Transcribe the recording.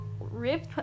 rip